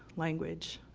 language,